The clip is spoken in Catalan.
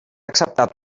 acceptat